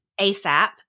ASAP